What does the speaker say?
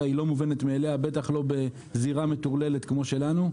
אינה מובנת מאליה בטח לא בזירה מטורללת כמו שלנו,